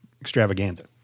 extravaganza